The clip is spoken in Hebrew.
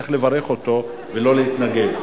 צריך לברך אותו ולא להתנגד,